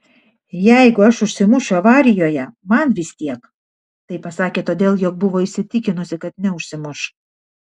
jeigu aš užsimušiu avarijoje man vis tiek tai pasakė todėl jog buvo įsitikinusi kad neužsimuš